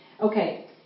okay